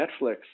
Netflix